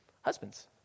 Husbands